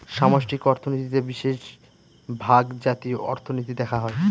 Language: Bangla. সামষ্টিক অর্থনীতিতে বিশেষভাগ জাতীয় অর্থনীতি দেখা হয়